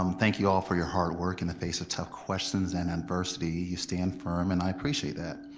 um thank you all for your hard work in the face of tough questions and adversity, you stand firm and i appreciate that.